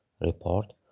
Report